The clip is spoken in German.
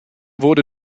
wurde